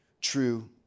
true